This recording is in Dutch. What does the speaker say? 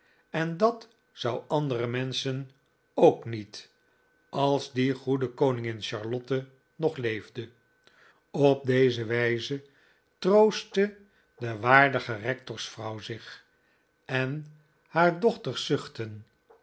en dat zou andere menschen ook niet als die goede koningin charlotte nog leefde op deze wijze troostte de waardige rectorsvrouw zich en haar dochters zuchtten